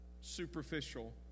superficial